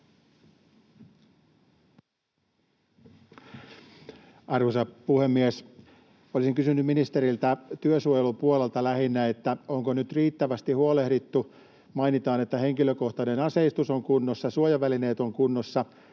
Arvoisa puhemies! Olisin kysynyt ministeriltä lähinnä työsuojelun puolelta: Onko siitä nyt riittävästi huolehdittu? Mainitaan, että henkilökohtainen aseistus on kunnossa ja suojavälineet ovat kunnossa.